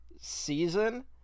season